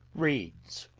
reads